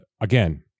again